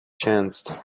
chance